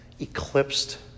eclipsed